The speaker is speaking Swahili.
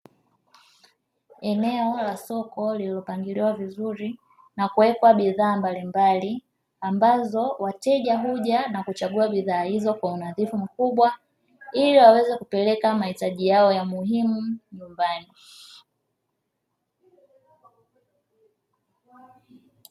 Eneo la soko lililopangiliwa vizuri na kuwekwa bidhaa mbalimbali ambazo wateja huja na kuchagua bidhaa hizo kwa unadhifu mkubwa, ili waweze kupeleka mahitaji yao ya muhimu nyumbani.